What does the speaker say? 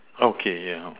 okay yeah uh